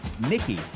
Nikki